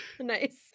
Nice